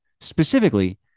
Specifically